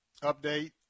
update